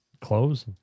clothes